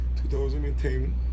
2010